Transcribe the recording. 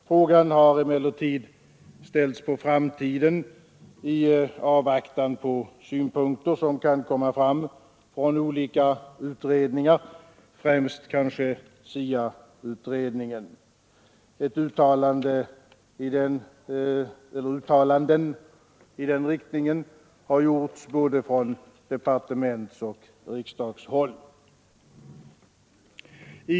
Frågan har emellertid ställts på framtiden i avvaktan på synpunkter som kan komma fram från olika utredningar, främst kanske från SIA-utredningen. Uttalanden i den riktningen har gjorts från både departementsoch riksdagshåll.